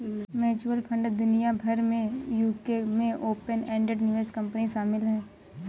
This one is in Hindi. म्यूचुअल फंड दुनिया भर में यूके में ओपन एंडेड निवेश कंपनी शामिल हैं